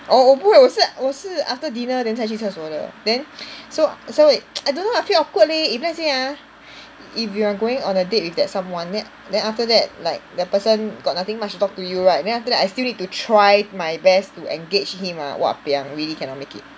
orh 我不会我是我是 after dinner then 才去厕所的 then so so I don't know I feel awkward leh if let's say ah if you're going on a date with that someone then then after that like the person got nothing much to talk to you right then after that I still need to try my best to engage him ah !wahpiang! really cannot make it